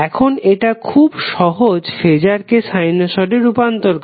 এখন এটা খুব সহজ ফেজারকে সাইনোসডে রূপান্তর করা